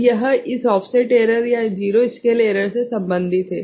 तो यह इस ऑफसेट एरर या ज़ीरो स्केल एरर से संबंधित है